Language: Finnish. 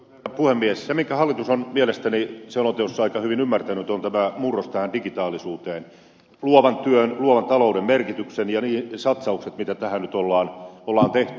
se minkä hallitus on mielestäni selonteossa aika hyvin ymmärtänyt on murros digitaalisuuteen luovan työn luovan talouden merkitys ja ne satsaukset mitä tähän nyt on tehty